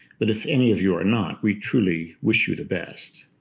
but if any of you are not, we truly wish you the best.